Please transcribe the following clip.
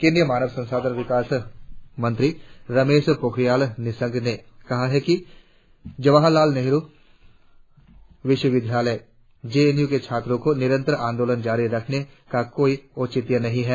केंद्रीय मानव संसाधन विकास मंत्री रमेश पोखरियाल निशंक ने कहा है कि जवाहार लाल बेहरु विश्वविद्यालय जेएनयू के छात्रों को निरंतर आंदोलन जारी रखने का कोई औचित्य नहीं है